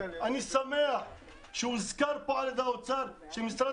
אני שמח שהוזכר כאן על ידי האוצר שמשרד